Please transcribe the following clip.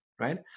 Right